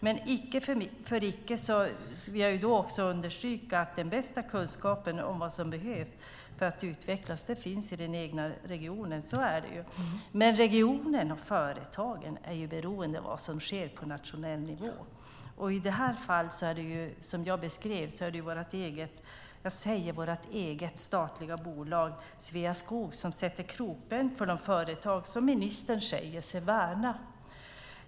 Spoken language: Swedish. Men icke för icke vill jag understryka att den bästa kunskapen om vad som behövs för att utvecklas finns i den egna regionen. Så är det. Men regionen och företagen är beroende av vad som sker på nationell nivå. I det fall som jag beskrev är det vårt eget statliga bolag Sveaskog som sätter krokben på de företag som ministern säger sig värna.